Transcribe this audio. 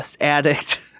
Addict